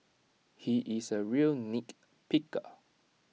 he is A real nitpicker